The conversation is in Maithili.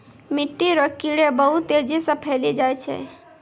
मिट्टी रो कीड़े बहुत तेजी से फैली जाय छै